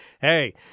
Hey